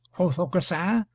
quoth aucassin,